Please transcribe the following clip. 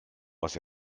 was